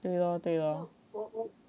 对 lor 对 lor